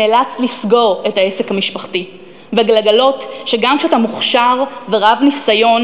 נאלץ לסגור את העסק המשפחתי ולגלות שגם כשאתה מוכשר ורב-ניסיון,